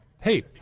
hey